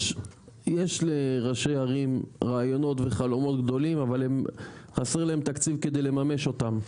יש לראשי ערים רעיונות וחלומות גדולים אבל חסר להם תקציב כדי לממש אותם,